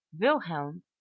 wilhelm